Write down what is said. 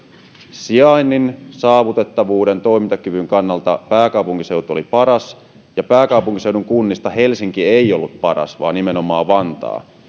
sijainnin saavutettavuuden toimintakyvyn kannalta pääkaupunkiseutu oli paras ja pääkaupunkiseudun kunnista helsinki ei ollut paras vaan nimenomaan vantaa